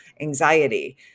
anxiety